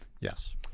Yes